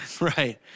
Right